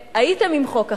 שהייתם עם חוק החרם,